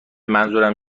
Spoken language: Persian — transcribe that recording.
منظورم